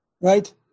Right